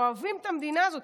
אוהבים את המדינה הזאת,